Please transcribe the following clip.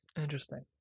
Interesting